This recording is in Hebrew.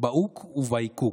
by hook or by crook.